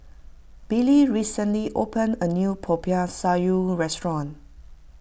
Billie recently opened a new Popiah Sayur restaurant